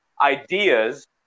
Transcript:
ideas